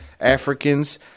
Africans